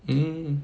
mmhmm